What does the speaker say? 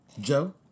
Joe